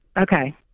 okay